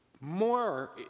more